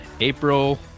April